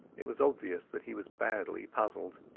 it was obvious that he was badly puzzled.